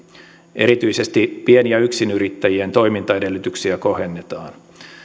erityisesti pien ja yksinyrittäjien toimintaedellytyksiä kohennetaan